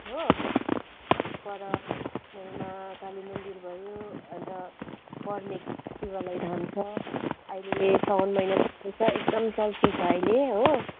हो अनि पर आठ माइलमा काली मन्दिर भयो अन्त बर्मेक शिवालय धाम छ अहिले साउन महिना चल्दैछ एकदम चल्ती छ अहिले हो